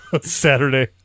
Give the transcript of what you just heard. Saturday